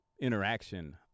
interaction